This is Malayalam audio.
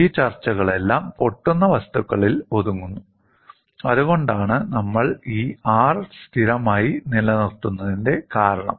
ഈ ചർച്ചകളെല്ലാം പൊട്ടുന്ന വസ്തുക്കളിൽ ഒതുങ്ങുന്നു അതുകൊണ്ടാണ് നമ്മൾ ഈ R സ്ഥിരമായി നിലനിർത്തുന്നതിന്റെ കാരണം